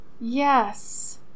Yes